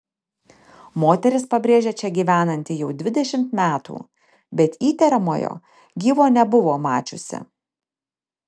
moteris pabrėžia čia gyvenanti jau dvidešimt metų bet įtariamojo gyvo nebuvo mačiusi